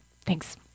Thanks